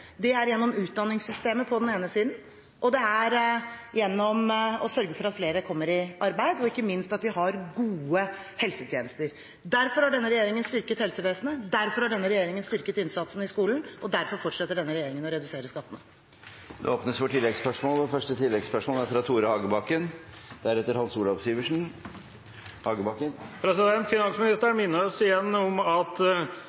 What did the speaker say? er gjennom utdanningssystemet på den ene siden, og det er gjennom å sørge for at flere kommer i arbeid, og ikke minst at vi har gode helsetjenester. Derfor har denne regjeringen styrket helsevesenet, derfor har denne regjeringen styrket innsatsen i skolen, og derfor fortsetter denne regjeringen å redusere